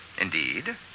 Indeed